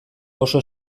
oso